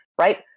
Right